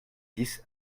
dix